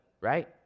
right